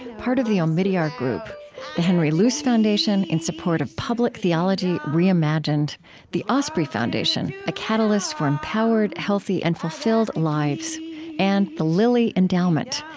part of the omidyar group the henry luce foundation, in support of public theology reimagined the osprey foundation a catalyst for empowered, healthy, and fulfilled lives and the lilly endowment,